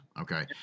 Okay